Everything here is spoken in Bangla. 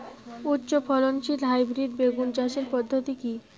উচ্চ ফলনশীল হাইব্রিড বেগুন চাষের পদ্ধতি কী?